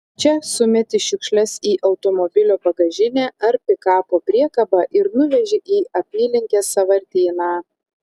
čia sumeti šiukšles į automobilio bagažinę ar pikapo priekabą ir nuveži į apylinkės sąvartyną